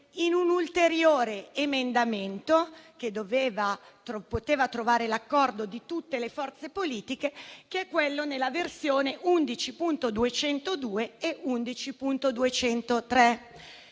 in un ulteriore emendamento, che poteva trovare l'accordo di tutte le forze politiche, che è quello nella versione degli